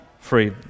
free